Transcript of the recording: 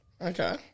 Okay